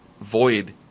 void